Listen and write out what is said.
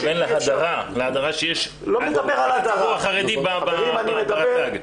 מתכוון להדרה שיש על הציבור החרדי ברט"ג.